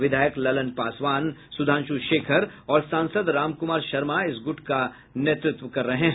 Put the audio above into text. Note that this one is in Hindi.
विधायक ललन पासवान सुधांशु शेखर और सांसद रामकुमार शर्मा इस गुट का नेतृत्व कर रहे हैं